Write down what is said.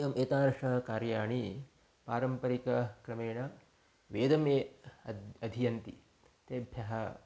एवम् एतादृशकार्याणि पारम्परिकक्रमेण वेदं ये अद्य अधीयन्ति तेभ्यः